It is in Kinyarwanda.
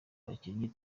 abakinnyi